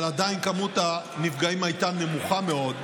אבל עדיין מספר הנפגעים היה נמוך מאוד,